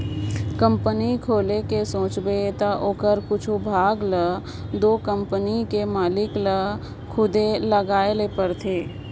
company खोले कर सोचबे ता ओकर कुछु भाग ल दो कंपनी कर मालिक ल खुदे लगाए ले परथे